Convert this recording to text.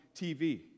TV